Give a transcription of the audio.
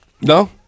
No